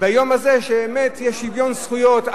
ביום הזה, שבאמת יהיה שוויון זכויות.